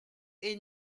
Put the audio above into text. est